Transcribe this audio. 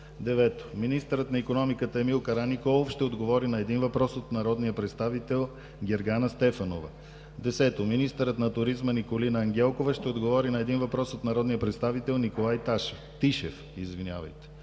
9. Министърът на икономиката Емил Караниколов ще отговори на един въпрос от народния представител Гергана Стефанова. 10. Министърът на туризма Николина Ангелкова ще отговори на един въпрос от народния представител Николай Тишев. 11.